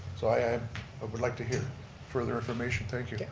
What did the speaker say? so, i um ah would like to hear further information, thank you.